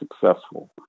successful